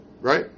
Right